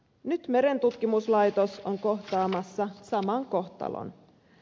nyt merentutkimuslaitos on kohtaamassa saman kohtalon